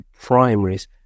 primaries